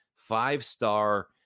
five-star